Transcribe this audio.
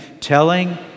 telling